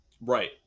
Right